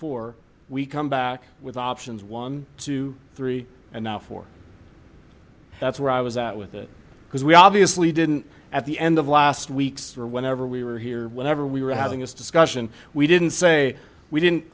four we come back with options one two three and now four that's where i was at with it because we obviously didn't at the end of last week's whenever we were here whenever we were having this discussion we didn't say we didn't